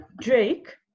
Drake